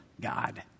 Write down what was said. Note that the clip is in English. God